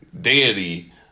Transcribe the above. deity